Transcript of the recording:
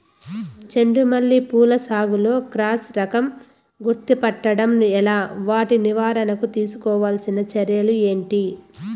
చెండు మల్లి పూల సాగులో క్రాస్ రకం గుర్తుపట్టడం ఎలా? వాటి నివారణకు తీసుకోవాల్సిన చర్యలు ఏంటి?